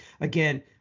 Again